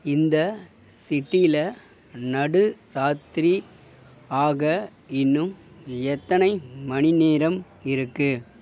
இந்த சிட்டியில நடு ராத்திரி ஆக இன்னும் எத்தனை மணி நேரம் இருக்குது